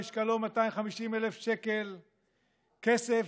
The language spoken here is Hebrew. משקלו 250,000 שקל כסף,